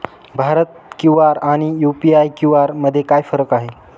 Bharat QR आणि UPI QR मध्ये काय फरक आहे?